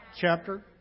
chapter